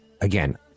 Again